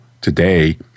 today